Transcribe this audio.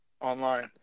Online